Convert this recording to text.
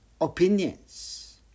opinions